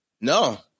No